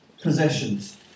possessions